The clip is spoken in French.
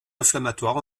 inflammatoire